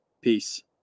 Peace